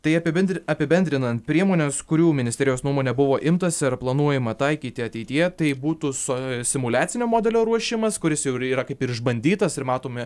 tai apibendri apibendrinant priemones kurių ministerijos nuomone buvo imtasi ar planuojama taikyti ateityje tai būtų so simuliacinio modelio ruošimas kuris jau ir yra kaip ir išbandytas ir matomi